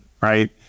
right